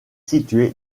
situé